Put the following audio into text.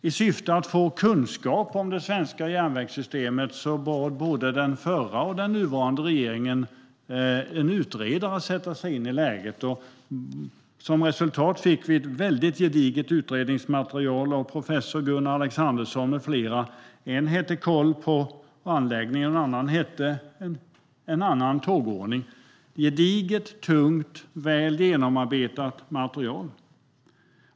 I syfte att få kunskap om det svenska järnvägssystemet bad både den förra och den nuvarande regeringen en utredare att sätta sig in i läget. Som resultat fick vi ett mycket gediget utredningsmaterial av professor Gunnar Alexandersson med flera. En heter Koll på anläggningen , och en annan heter En annan tågordning . Det är ett gediget, tungt och väl genomarbetat material.